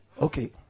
Okay